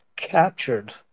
captured